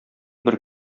бер